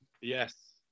Yes